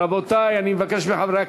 רבותי, אני מבקש מחברי הכנסת,